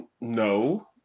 no